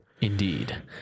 Indeed